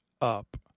up